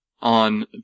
on